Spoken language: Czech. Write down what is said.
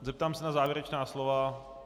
Zeptám se na závěrečná slova.